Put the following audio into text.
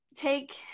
take